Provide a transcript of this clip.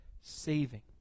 saving